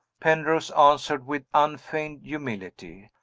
penrose answered with unfeigned humility.